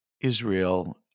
israel